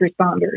responders